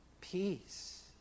peace